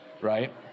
Right